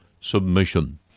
submission